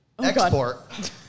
Export